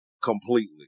completely